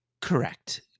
Correct